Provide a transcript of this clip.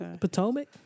Potomac